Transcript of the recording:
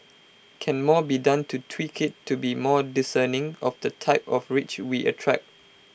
can more be done to tweak IT to be more discerning of the type of rich we attract